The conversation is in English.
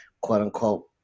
quote-unquote